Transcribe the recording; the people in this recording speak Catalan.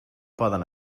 poden